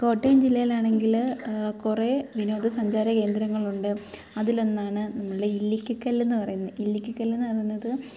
കോട്ടയം ജില്ലയിൽ ആണെങ്കിൽ കുറെ വിനോദസഞ്ചാര കേന്ദ്രങ്ങളുണ്ട് അതിലൊന്നാണ് നമ്മുടെ ഇല്ലിക്കൽകല്ല് എന്ന് പറയുന്നേ ഇല്ലിക്കൽകല്ല് എന്ന് പറയുന്നത്